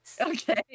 Okay